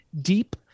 deep